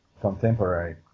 contemporary